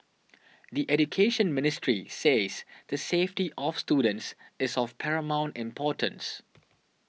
the Education Ministry says the safety of students is of paramount importance